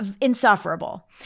insufferable